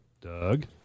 Doug